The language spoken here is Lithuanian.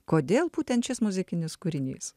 kodėl būtent šis muzikinis kūrinys